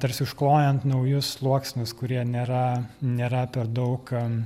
tarsi užklojant naujus sluoksnius kurie nėra nėra per daug